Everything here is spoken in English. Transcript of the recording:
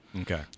Okay